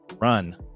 run